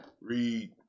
Read